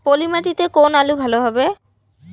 পলি মাটিতে কোন আলু ভালো হবে?